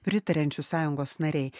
pritariančių sąjungos nariai